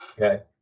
Okay